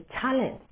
talent